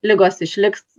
ligos išliks